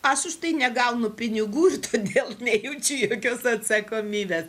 aš už tai negaunu pinigų ir todėl nejaučiu jokios atsakomybės